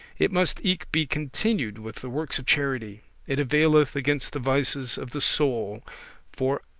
it must eke be continued with the works of charity. it availeth against the vices of the soul for,